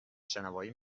شنوایی